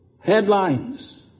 headlines